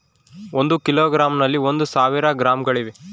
ಒಂದು ಕಿಲೋಗ್ರಾಂ ನಲ್ಲಿ ಒಂದು ಸಾವಿರ ಗ್ರಾಂಗಳಿವೆ